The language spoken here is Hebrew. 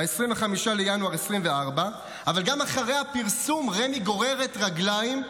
ב-25 בינואר 2024. אבל גם אחרי הפרסום רמ"י גוררת רגליים,